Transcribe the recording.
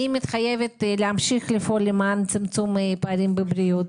אני מתחייבת להמשיך לפעול למען צמצום פערים בבריאות.